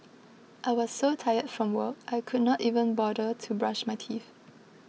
I was so tired from work I could not even bother to brush my teeth